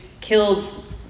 killed